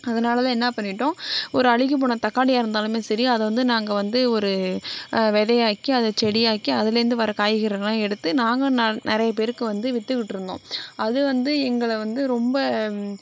அதனால தான் என்ன பண்ணிவிட்டோம் ஒரு அழுகிப்போன தக்காளியாக இருந்தாலும் சரி அதை வந்து நாங்கள் வந்து ஒரு விதையாக்கி அதை செடியாக்கி அதுலேருந்து வர காய்கறிகள்லாம் எடுத்து நாங்களும் நிறைய பேருக்கு வந்து விற்றுகிட்ருந்தோம் அது வந்து எங்களை வந்து ரொம்ப